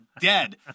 Dead